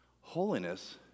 Holiness